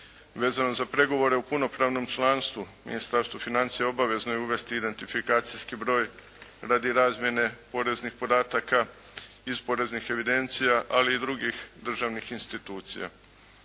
Vezano za pregovore u punopravnom članstvu Ministarstvo financija obavezno je uvesti identifikacijski broj radi razmjene poreznih podataka iz poreznih evidencija ali i drugih državnih institucija.